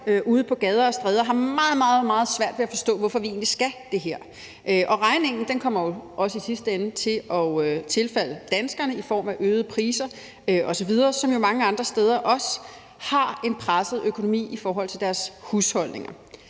ude på gader og stræder har meget, meget svært ved at forstå, hvorfor vi egentlig skal det her. Og regningen kommer i sidste ende også til i form af øgede priser osv. at tilfalde danskerne, som mange andre steder også har en presset økonomi i forhold til deres husholdninger.